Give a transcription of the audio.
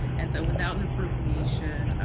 and so without an appropriation,